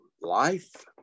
life